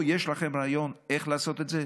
יש לכם רעיון איך לעשות את זה?